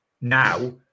Now